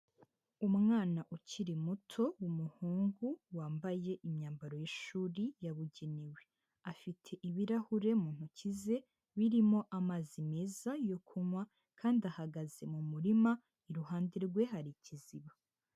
Umwana ukiri muto w'umuhungu wambaye imyambaro y'ishuri yabugenewe. Afite ibirahure mu ntoki ze, birimo amazi meza yo kunywa kandi ahagaze mu murima, iruhande rwe hari ikiziba.